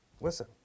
listen